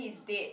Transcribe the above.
is dead